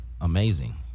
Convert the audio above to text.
amazing